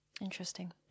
Interesting